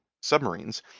submarines